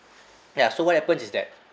ya so what happens is that